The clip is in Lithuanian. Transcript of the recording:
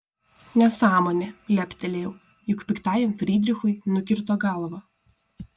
nesąmonė leptelėjau juk piktajam frydrichui nukirto galvą